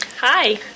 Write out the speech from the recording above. Hi